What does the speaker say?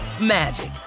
magic